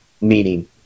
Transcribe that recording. meaning